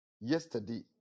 yesterday